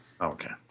Okay